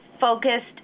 focused